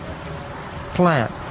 plant